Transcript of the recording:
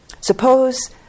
Suppose